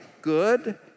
good